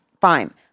Fine